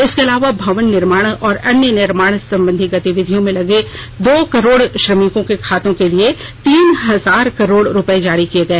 इसके अलावा भवन निर्माण और अन्य निर्माण गतिविधियों में लगे दो करोड़ श्रमिकों के खातों के लिए तीन हजार करोड़ रुपये जारी किए गए